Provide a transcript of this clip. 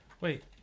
wait